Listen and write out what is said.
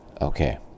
Okay